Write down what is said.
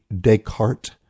Descartes